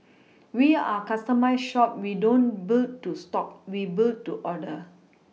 we are a customised shop we don't build to stock we build to order